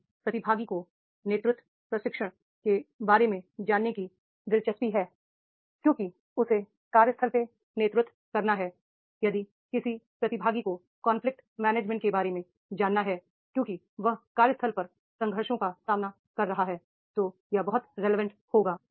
यदि प्रतिभागी को नेतृत्व प्रशिक्षण के बारे में जानने की दिलचस्पी है क्योंकि उसे कार्यस्थल पर नेतृत्व करना है यदि किसी प्रतिभागी को कनफ्लिक्ट मैनेजमेंट के बारे में जानना है क्योंकि वह कार्यस्थल पर संघर्षों का सामना कर रहा है तो यह बहुत रिलेवेंट होगा